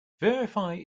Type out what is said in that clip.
verify